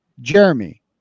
Jeremy